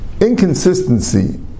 inconsistency